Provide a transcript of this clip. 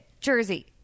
Jersey